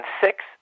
six